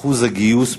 אחוז הגיוס ביישוב,